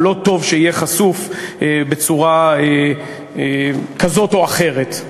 או לא טוב שיהיה חשוף בצורה כזאת או אחרת,